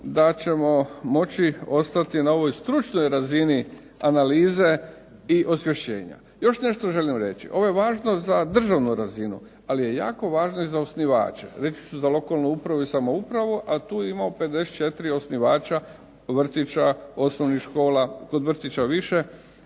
da ćemo moći ostati na ovoj stručnoj razini analize i osvješćenja. Još nešto želim reći. Ovo je važno za državnu razinu, ali je jako važno i za osnivače, reći ću za lokalnu upravu i samoupravu, a tu imamo 54 osnivača vrtića, osnovnih škola, kod vrtića više